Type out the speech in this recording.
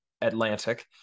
Atlantic